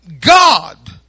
God